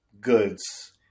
goods